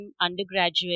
undergraduate